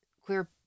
queer